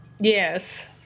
Yes